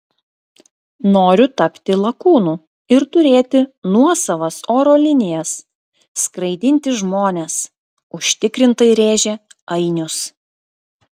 noriu tapti lakūnu ir turėti nuosavas oro linijas skraidinti žmones užtikrintai rėžė ainius